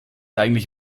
eigentlich